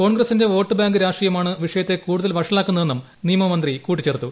കോൺഗ്രസിന്റെ vote bank രാഷ്ട്രീയമാണ് വിഷയത്തെ കൂടുതൽ വഷളാക്കുന്നതെന്നും നിയമമന്ത്രി കൂട്ടിച്ചേർത്തു